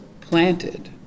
planted